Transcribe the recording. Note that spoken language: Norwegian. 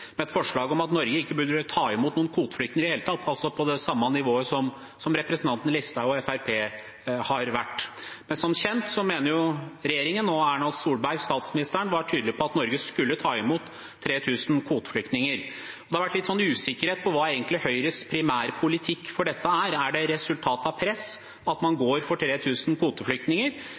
med forslag om at Norge ikke burde ta imot noen kvoteflyktninger i det hele tatt, altså på det samme nivået som representanten Listhaug og Fremskrittspartiet har vært. Men regjeringen mener jo, og Erna Solberg, statsministeren, var tydelig på, at Norge skulle ta imot 3 000 kvoteflyktninger. Det har vært litt usikkerhet rundt hva Høyres primærpolitikk for dette er. Er det et resultat av press at man går for 3 000 kvoteflyktninger?